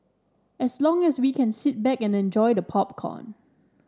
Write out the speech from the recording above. as long as we can sit back and enjoy the popcorn